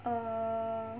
err